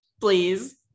please